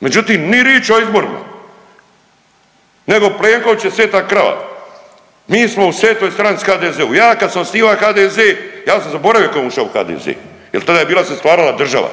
Međutim, ni riči o izborima, nego Plenković je svega krava. Mi smo u svetoj stranci HDZ-u. Ja kad sam osnivao HDZ ja sam zaboravio tko je uša u HDZ, jer tada je bila se stvarala država,